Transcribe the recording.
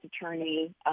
attorney